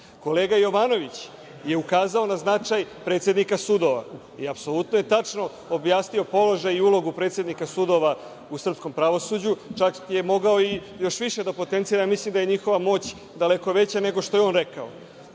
Kolega Jovanović je ukazao na značaj predsednika sudova i apsolutno je tačno objasnio položaj i ulogu predsednika sudova u srpskom pravosuđu. Čak je mogao i još više da potencira, mislim da je njihova moć daleko veća nego što je on